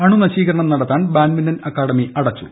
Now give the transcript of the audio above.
അണുനശീകരണം നടത്താൻ badminton academy അടച്ചു